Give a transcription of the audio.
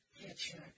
picture